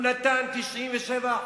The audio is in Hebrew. הוא נתן 97%